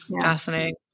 Fascinating